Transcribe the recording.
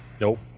Nope